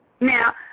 Now